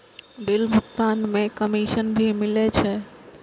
Bill भुगतान में commission भी मिले छै?